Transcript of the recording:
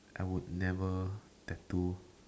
I would never tattoo